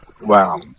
Wow